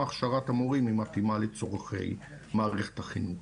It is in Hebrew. הכשרת המורים היא מתאימה לצורכי מערכת החינוך.